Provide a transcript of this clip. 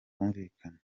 bwumvikane